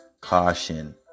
caution